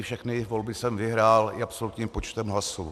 Všechny volby jsem vyhrál i absolutním počtem hlasů.